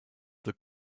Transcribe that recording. the